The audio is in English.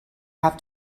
have